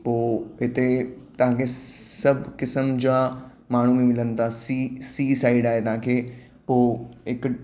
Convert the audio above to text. पो हिते तव्हांखे सभु क़िसम जा माण्हू बि मिलनि था सी सी साइड आहे तव्हांखे पोइ हिकु